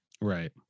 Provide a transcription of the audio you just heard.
Right